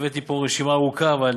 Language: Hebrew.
הבאתי רשימה ארוכה,